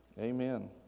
Amen